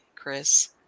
Chris